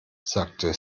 sagte